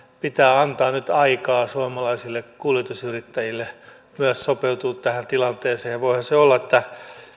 pitää antaa nyt aikaa suomalaisille kuljetusyrittäjille myös sopeutua tähän tilanteeseen voihan se olla kyllä näin veikkaan että